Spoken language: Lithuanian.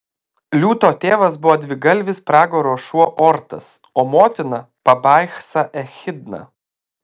liūto tėvas buvo dvigalvis pragaro šuo ortas o motina pabaisa echidna